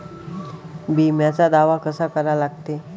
बिम्याचा दावा कसा करा लागते?